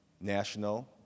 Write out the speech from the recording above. national